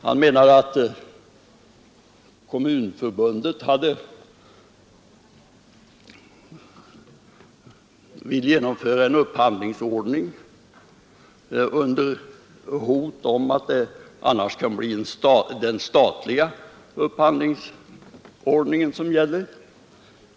Han menade att Kommunförbundet vill genomföra en viss upphandlingsordning under hot om att det annars kan bli den statliga upphandlingsordningen som gäller.